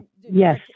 Yes